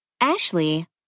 Ashley